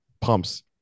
pumps